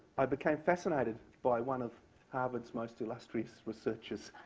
i became fascinated by one of harvard's most illustrious researchers,